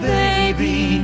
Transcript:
baby